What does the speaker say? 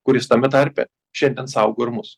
kuris tame tarpe šiandien saugo ir mus